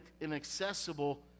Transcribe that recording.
inaccessible